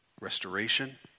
restoration